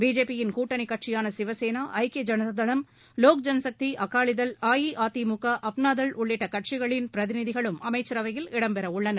பிஜேபியின் கூட்டணி கட்சியான சிவசேனா ஐக்கிய ஜனதாதளம் வோக்ஜனசக்தி அகாளிதள் அஇஅதிமுக அப்னாதள் உள்ளிட்ட கட்சிகளின் பிரநிதிகளும் அமைச்சரவையில் இடம் பெறவுள்ளனர்